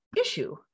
issue